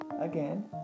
Again